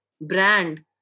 brand